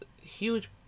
huge